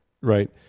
right